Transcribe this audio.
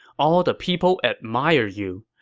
all the people admire you.